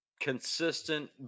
consistent